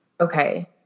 okay